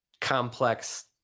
complex